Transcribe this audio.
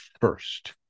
first